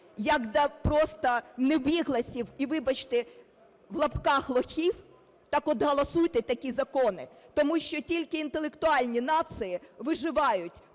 до просто невігласів і, вибачте, в лапках "лохів", так от голосуйте такі закони. Тому що тільки інтелектуальні нації виживають,